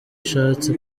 ishatse